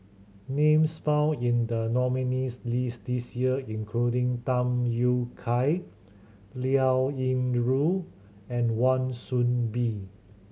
names found in the nominees' list this year including Tham Yui Kai Liao Yingru and Wan Soon Bee